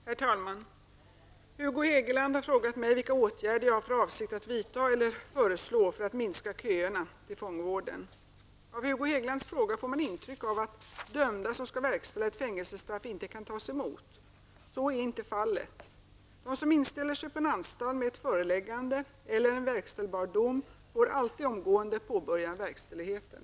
Herr talman! Hugo Hegeland har frågat mig vilka åtgärder jag har för avsikt att vidta eller föreslå för att minska köerna till fångvården. Av Hugo Hegelands fråga får man intrycket att dömda som skall verkställa ett fängelsestraff inte kan tas emot. Så är inte fallet. De som inställer sig på en anstalt med ett föreläggande eller en verkställbar dom får alltid omgående påbörja verkställigheten.